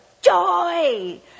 joy